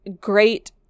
great